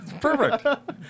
Perfect